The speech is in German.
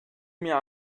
mir